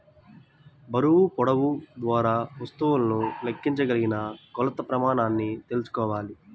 బరువు, పొడవు ద్వారా వస్తువులను లెక్కించగలిగిన కొలత ప్రమాణాన్ని తెల్సుకోవాలి